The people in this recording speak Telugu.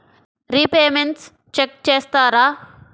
రిపేమెంట్స్ చెక్ చేస్తారా?